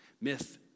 myth